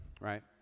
right